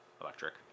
electric